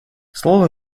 слово